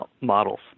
models